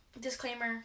disclaimer